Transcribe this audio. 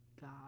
God